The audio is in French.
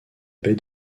baie